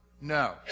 no